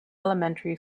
elementary